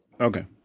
Okay